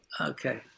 Okay